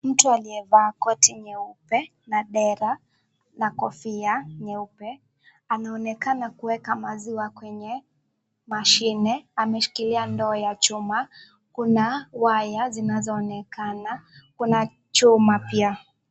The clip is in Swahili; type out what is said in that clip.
Mtu aliyevaa koti nyeupe na dera na kofia nyeupe, anaonekana kuweka maziwa kwenye mashine. Ameshikilia ndoo ya chuma. Kuna waya zinazoonekana, kuna chuma pia.